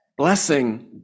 Blessing